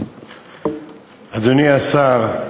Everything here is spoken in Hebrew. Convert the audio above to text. אדוני השר,